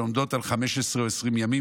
שעומדות על 15 או 20 ימים,